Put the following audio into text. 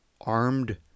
armed